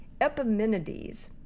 Epimenides